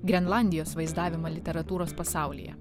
grenlandijos vaizdavimą literatūros pasaulyje